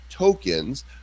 Tokens